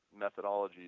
methodologies